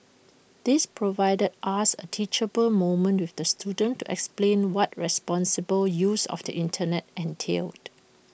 this provided us A teachable moment with the student to explain what responsible use of the Internet entailed